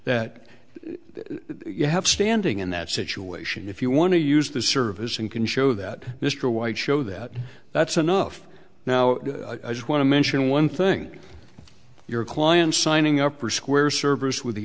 that you have standing in that situation if you want to use the service and can show that mr white show that that's enough now i just want to mention one thing your clients signing up for square service with the